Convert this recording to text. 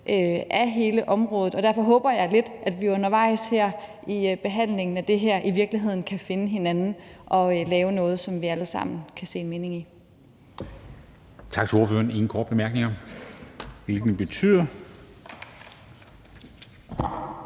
af hele området. Derfor håber jeg lidt, at vi undervejs her i behandlingen af det her i virkeligheden kan finde hinanden og lave noget, som vi alle sammen kan se en mening i. Kl. 13:33 Formanden (Henrik Dam Kristensen):